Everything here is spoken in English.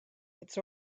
its